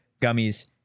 gummies